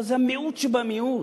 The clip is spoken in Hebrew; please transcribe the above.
אבל זה המיעוט שבמיעוט.